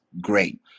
great